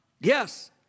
Yes